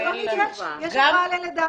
מלונית יש יש הבראה ללידה.